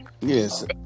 yes